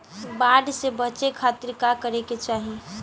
बाढ़ से बचे खातिर का करे के चाहीं?